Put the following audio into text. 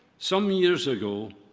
some years ago,